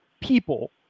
people